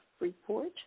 report